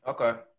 Okay